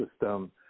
system